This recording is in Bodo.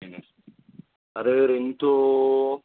बेनो आरो ओरैनोथ'